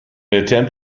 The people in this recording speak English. attempt